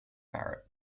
barrett